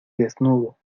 desnudo